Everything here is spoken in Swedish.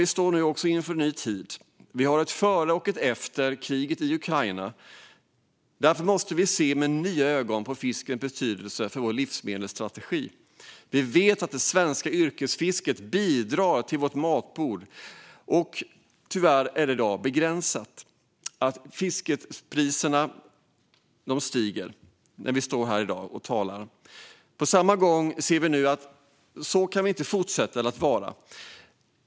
Vi står nu inför en ny tid. Vi har ett före och ett efter kriget i Ukraina. Därför måste vi se med nya ögon på fiskets betydelse för vår livsmedelsstrategi. Vi vet att det svenska yrkesfisket bidrar till vårt matbord, men detta bidrag är i dag tyvärr begränsat. Fiskpriserna stiger när vi står här i dag och talar. Så kan det inte fortsätta att vara.